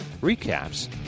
recaps